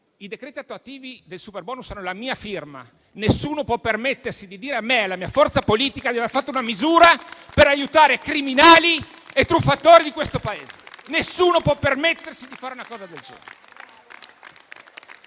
i decreti attuativi del superbonus hanno la mia firma: nessuno può permettersi di dire a me e alla mia forza politica di aver fatto una misura per aiutare criminali e truffatori di questo Paese. Nessuno può permettersi di dire una cosa del genere.